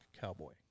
cowboy